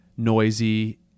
noisy